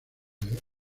del